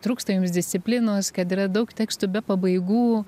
trūksta jums disciplinos kad yra daug tekstų be pabaigų